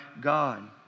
God